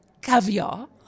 Caviar